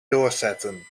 doorzetten